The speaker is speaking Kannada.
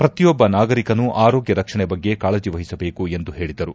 ಪ್ರತಿಯೊಬ್ಬ ನಾಗರಿಕನೂ ಆರೋಗ್ಯ ರಕ್ಷಣೆ ಬಗ್ಗೆ ಕಾಳಜಿವಹಿಸಬೇಕು ಎಂದು ಹೇಳಿದರು